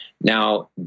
Now